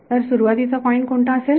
तर सुरुवातीचा पॉईंट कोणता असेल